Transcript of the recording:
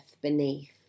beneath